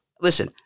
listen